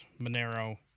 Monero